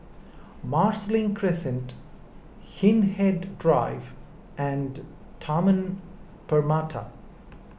Marsiling Crescent Hindhede Drive and Taman Permata